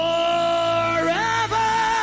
Forever